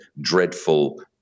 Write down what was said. dreadful